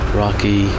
rocky